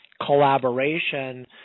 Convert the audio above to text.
collaboration